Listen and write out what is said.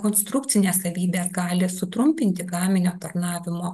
konstrukcinės savybės gali sutrumpinti gaminio tarnavimo